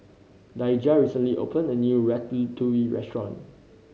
Daijah recently opened a new Ratatouille Restaurant